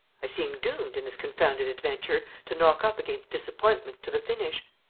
i seem doomed, in this confounded adventure, to knock up against disappointments to the finish.